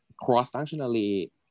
cross-functionally